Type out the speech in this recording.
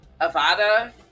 Avada